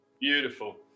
beautiful